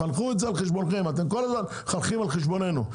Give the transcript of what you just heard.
אתם כל הזמן מחנכים על חשבוננו.